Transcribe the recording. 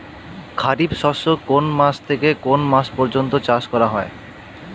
খারিফ শস্য কোন মাস থেকে কোন মাস পর্যন্ত চাষ করা হয়?